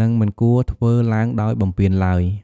និងមិនគួរធ្វើឡើងដោយបំពានឡើយ។